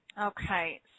Okay